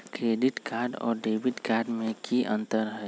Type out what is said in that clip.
Credit card और debit card में की अंतर हई?